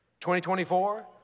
2024